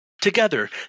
Together